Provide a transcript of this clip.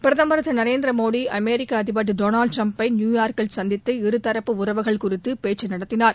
பிரதமா் திரு நரேந்திர மோடி அமெரிக்க அதிபா் திரு டொனால்டு டிரம்ப நியூயாா்க்கில் சந்தித்து இருதரப்புகள் உறவுகள் குறித்து பேச்சு நடத்தினர்